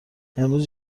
امروز